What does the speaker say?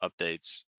updates